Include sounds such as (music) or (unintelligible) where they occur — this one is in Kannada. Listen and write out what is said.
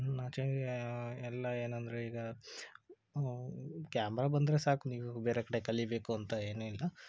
(unintelligible) ಎಲ್ಲ ಏನೆಂದ್ರೆ ಈಗ ಕ್ಯಾಮ್ರಾ ಬಂದರೆ ಸಾಕು ನೀವು ಬೇರೆ ಕಡೆ ಕಲಿಬೇಕು ಅಂತ ಏನು ಇಲ್ಲ